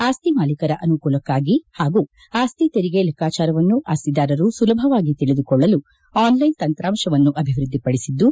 ಆಸ್ತಿ ಮಾಲೀಕರ ಅನುಕೂಲಕ್ಷಾಗಿ ಹಾಗೂ ಆಸ್ತಿ ತೆರಿಗೆ ಲೆಕ್ಕಾಚಾರವನ್ನು ಆಸ್ತಿದಾರರು ಸುಲಭವಾಗಿ ತಿಳಿದುಕೊಳ್ಳಲು ಆನ್ಲೈನ್ ತಂತ್ರಾಂಶವನ್ನು ಅಭಿವೃದ್ಧಿಪಡಿಸಿದ್ದು